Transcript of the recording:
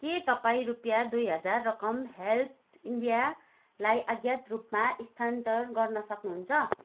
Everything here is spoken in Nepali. के तपाईँ रुपियाँ दुई हजार रकम हेल्प इन्डियालाई अज्ञात रूपमा स्थानान्तर गर्न सक्नुहुन्छ